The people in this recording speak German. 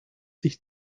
sich